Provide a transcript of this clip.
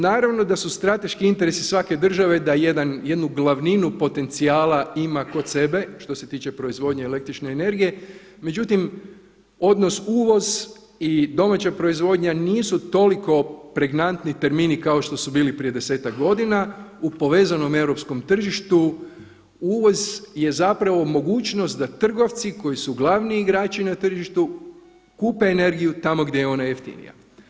Naravno da su strateški interesi svake države da jednu glavninu potencijala ima kod sebe što se tiče proizvodnje električne energije, međutim odnos uvoz i domaća proizvodnja nisu toliko pregnantni termini kao što su bili prije desetak godina u povezanom europskom tržištu uvoz je zapravo mogućnost da trgovci koji su glavni igrači na tržištu kupe energiju tamo gdje je ona jeftinija.